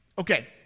Okay